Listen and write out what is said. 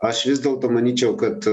aš vis dėlto manyčiau kad